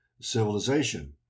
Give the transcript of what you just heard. civilization